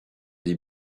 des